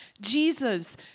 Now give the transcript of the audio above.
Jesus